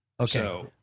Okay